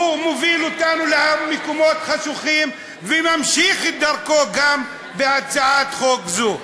הוא מוביל אותנו למקומות חשוכים וממשיך את דרכו גם בהצעת חוק זו.